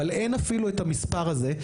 אבל אין אפילו את המספר הזה,